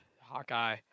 Hawkeye